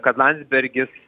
kad landsbergis